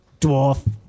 Dwarf